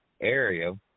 area